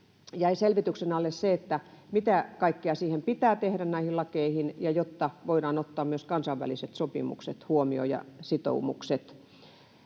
jäi selvityksen alle se, mitä kaikkea pitää tehdä näihin lakeihin, jotta voidaan ottaa huomioon myös kansainväliset sopimukset ja sitoumukset.